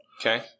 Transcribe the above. Okay